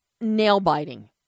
nail-biting